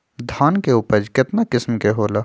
धान के उपज केतना किस्म के होला?